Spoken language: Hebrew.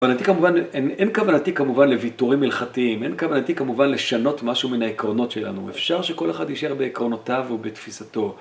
אין כוונתי כמובן לוויתורים הלכתיים, אין כוונתי כמובן לשנות משהו מן העקרונות שלנו, אפשר שכל אחד יישאר בעקרונותיו ובתפיסתו.